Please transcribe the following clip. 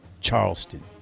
Charleston